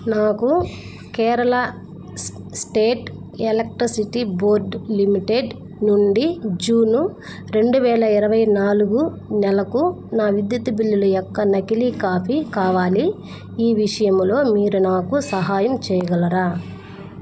నాకు Kerala state electricity board limited నుండి June రెండు వేల ఇరవై నాలుగు నెలకు నా విద్యుత్ బిల్లులు యొక్క నకిలీ కాఫీ కావాలి ఈ విషయములో మీరు నాకు సహాయం చెయ్యగలరా